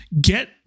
Get